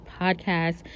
podcast